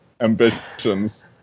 ambitions